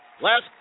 Last